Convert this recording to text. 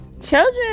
children